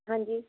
ਹਾਂਜੀ